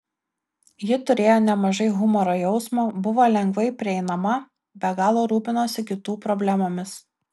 ji turėjo nemažai humoro jausmo buvo lengvai prieinama be galo rūpinosi kitų problemomis